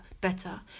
better